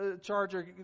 charger